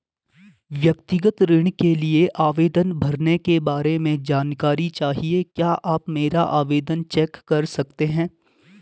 व्यक्तिगत ऋण के लिए आवेदन भरने के बारे में जानकारी चाहिए क्या आप मेरा आवेदन चेक कर सकते हैं?